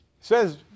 says